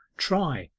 try,